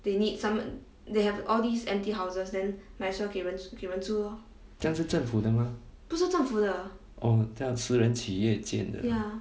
这样是政府的吗 oh 那是私人企业建的